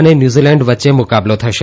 અને ન્યુઝીલેન્ડ વચ્ચે મુકાબલો થશે